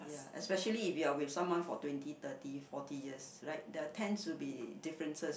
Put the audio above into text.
a especially if you are with someone for twenty thirty forty years like the tense should be differences